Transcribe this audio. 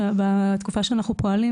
בתקופה שאנחנו פועלים,